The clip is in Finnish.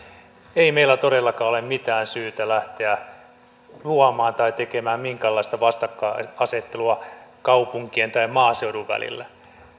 ei meillä todellakaan ole mitään syytä lähteä luomaan tai tekemään minkäänlaista vastakkainasettelua kaupunkien tai maaseudun välillä